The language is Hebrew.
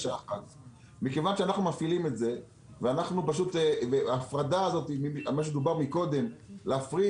כיוון שאנו מפעילים את זה ומה שדובר קודם להפריד